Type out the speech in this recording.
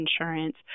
insurance